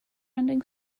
ending